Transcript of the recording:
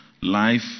life